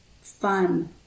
fun